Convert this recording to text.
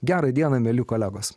gera diena mieli kolegos